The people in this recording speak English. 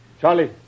Charlie